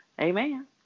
amen